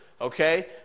okay